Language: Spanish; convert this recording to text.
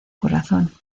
corazón